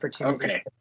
Okay